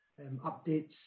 updates